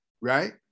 Right